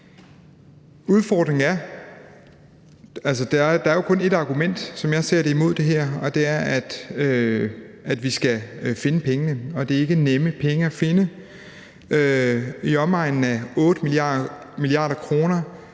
og det er, at vi skal finde pengene, og det er ikke nemme penge at finde: I omegnen af 8 mia. kr.